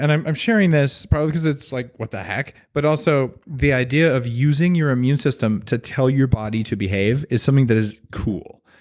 and i'm i'm sharing this probably because it's like, what the heck? but also the idea of using your immune system to tell your body to behave is something that is cool.